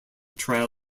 trail